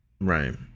Right